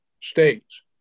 states